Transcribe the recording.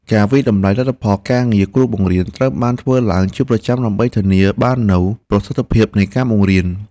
ការវាយតម្លៃលទ្ធផលការងារគ្រូបង្រៀនត្រូវបានធ្វើឡើងជាប្រចាំដើម្បីធានាបាននូវប្រសិទ្ធភាពនៃការបង្រៀន។